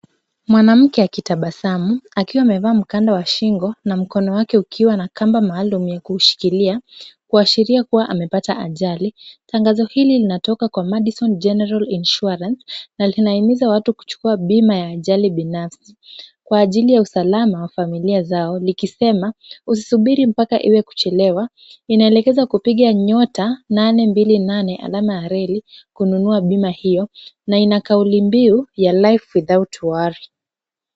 Mwanamke akitabasamu akiwa amevaa mkanda wa shingo na mkono wake ukiwa na kamba maaluum wa kuushikilia kuashiria kuwa amepata ajali. Tangazo hili linatoka kwa Madison General Insurance na linahimiza watu kuchukua bima ya ajali binafsi kwa ajili ya usalamu wa familia zao likisema usisubiri mpaka iwe kuchelewa. Inaelekeza kupiga nyota, nane, mbili, nane, alama ya reli kununua bima hiyo na ina kauli mbiu ya life without worry .